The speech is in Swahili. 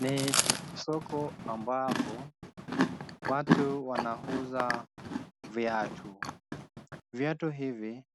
Ni soko ambapo watu wanauza viatu. Viatu hivi